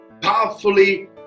powerfully